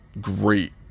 Great